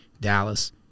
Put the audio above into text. Dallas